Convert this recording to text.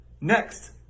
Next